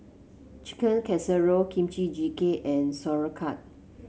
Chicken Casserole Kimchi Jjigae and Sauerkraut